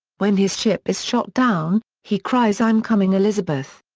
when his ship is shot down, he cries i'm coming elizabeth!